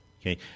Okay